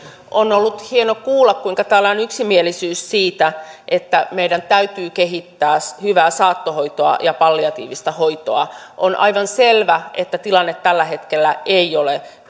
on ollut hieno kuulla kuinka täällä on yksimielisyys siitä että meidän täytyy kehittää hyvää saattohoitoa ja palliatiivista hoitoa on aivan selvä että tilanne tällä hetkellä ei ole